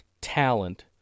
talent—